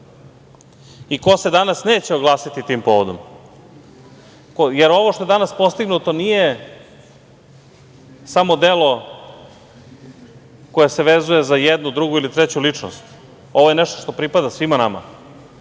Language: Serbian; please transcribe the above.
i ko se danas neće oglasiti tim povodom? Ovo što je danas postignuto nije samo delo koje se vezuje za jednu, drugu ili treću ličnost, ovo je nešto što pripada svima nama,